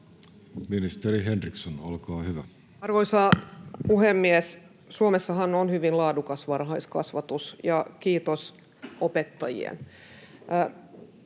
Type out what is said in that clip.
Time: 16:46 Content: Arvoisa puhemies! Suomessahan on hyvin laadukas varhaiskasvatus, kiitos opettajien.